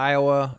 Iowa